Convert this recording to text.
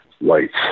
lights